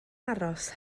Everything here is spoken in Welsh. aros